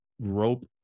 rope